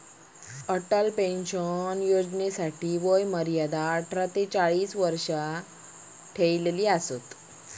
Atal pension योजनेसाठी वय मर्यादा अठरा ते चाळीस वर्ष ठेवली असा